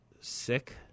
sick